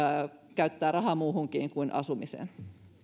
käyttää rahaa muuhunkin kuin asumiseen